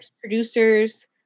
producers